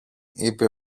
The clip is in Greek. είπε